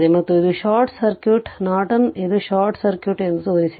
ಮತ್ತು ಇದು short circuit Norton ಇದು ಶಾರ್ಟ್ ಸರ್ಕ್ಯೂಟ್ ಎಂದು ತೋರಿಸಿದೆ